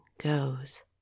goes